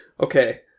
Okay